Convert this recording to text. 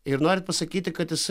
ir norit pasakyti kad jisai